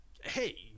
hey